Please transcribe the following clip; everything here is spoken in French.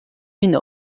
une